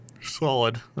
Solid